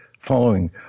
following